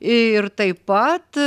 ir taip pat